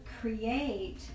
create